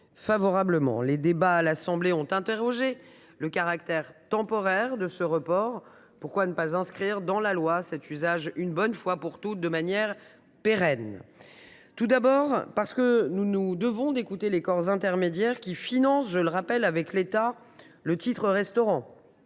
les députés se sont interrogés sur le caractère temporaire de ce report : pourquoi ne pas inscrire dans la loi cet usage une bonne fois pour toutes, de manière pérenne ? Tout d’abord, parce que nous devons écouter les corps intermédiaires, qui, je le rappelle, financent avec l’État le titre restaurant.